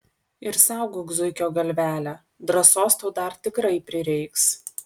ir saugok zuikio galvelę drąsos tau dar tikrai prireiks